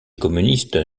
communiste